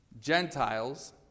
Gentiles